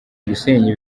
gusenya